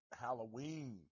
Halloween